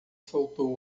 soltou